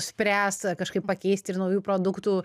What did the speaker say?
nuspręs kažkaip pakeisti ir naujų produktų